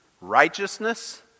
righteousness